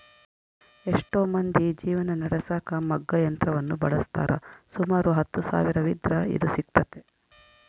ಎಷ್ಟೊ ಮಂದಿ ಜೀವನ ನಡೆಸಕ ಮಗ್ಗ ಯಂತ್ರವನ್ನ ಬಳಸ್ತಾರ, ಸುಮಾರು ಹತ್ತು ಸಾವಿರವಿದ್ರ ಇದು ಸಿಗ್ತತೆ